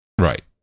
Right